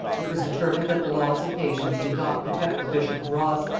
it was determined that the laws of nations did not protect the bishop of ross,